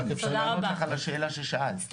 רק אפשר לענות לך על השאלה ששאלת.